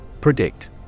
predict